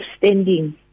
standing